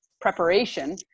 preparation